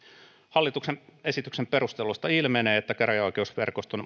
hallituksen esityksen perusteluista ilmenee että käräjäoikeusverkoston